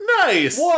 Nice